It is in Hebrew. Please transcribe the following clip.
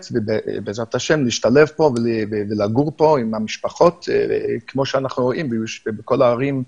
ובעזרת השם להשתלב פה ולגור פה עם המשפחות כמו שאנחנו רואים בכל הערים,